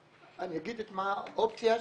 אני אגיד את האופציה השנייה: